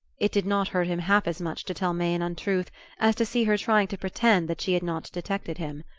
it did not hurt him half as much to tell may an untruth as to see her trying to pretend that she had not detected him.